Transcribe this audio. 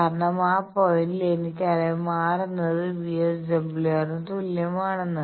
കാരണം ആ പോയിന്റിൽ എനിക്കറിയാം R എന്നത് VSWR ന് തുല്യമാണെന്ന്